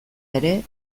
ere